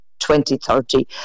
2030